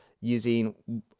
using